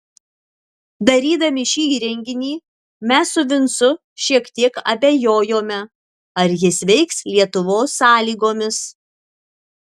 darydami šį įrenginį mes su vincu šiek tiek abejojome ar jis veiks lietuvos sąlygomis